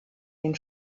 den